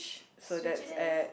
Switch it is